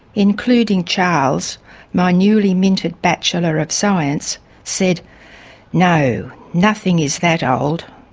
including charles my newly minted bachelor of science said no, nothing is that old'.